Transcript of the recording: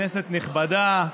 כנסת נכבדה,